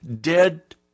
dead